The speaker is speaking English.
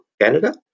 Canada